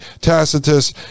Tacitus